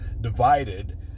divided